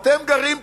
אתם גרים פה,